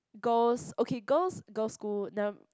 girls okay girls girls school the